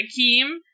Akeem